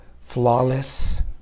flawless